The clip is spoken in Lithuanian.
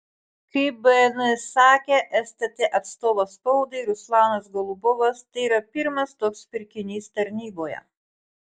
kaip bns sakė stt atstovas spaudai ruslanas golubovas tai yra pirmas toks pirkinys tarnyboje